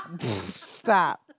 Stop